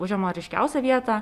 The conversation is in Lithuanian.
užema ryškiausią vietą